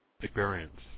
experience